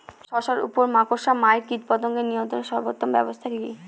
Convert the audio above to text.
শশার উপর মাকড়সা মাইট কীটপতঙ্গ নিয়ন্ত্রণের সর্বোত্তম ব্যবস্থা কি?